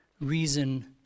reason